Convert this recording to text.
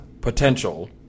potential